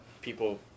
people